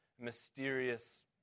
mysterious